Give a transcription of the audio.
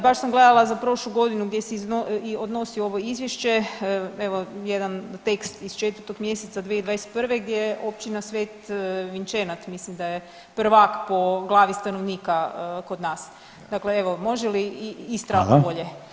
Baš sam gledala za prošlu godinu gdje se i odnosi ovo izvješće, evo jedan tekst iz 4. mjeseca 2021. gdje Općina Svetvinčenat mislim da je prvak po glavi stanovnika kod nas, dakle evo može li Istra bolje?